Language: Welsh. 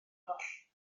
goll